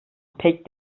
pek